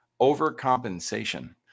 overcompensation